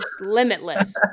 limitless